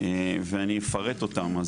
ואני אפרט אותן.